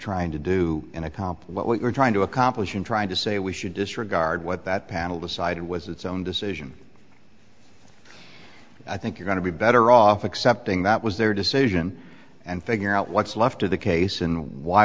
trying to do and accomplish what you're trying to accomplish in trying to say we should disregard what that panel decided was its own decision i think you're going to be better off accepting that was their decision and figure out what's left of the case and why